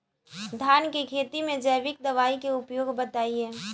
धान के खेती में जैविक दवाई के उपयोग बताइए?